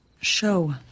Show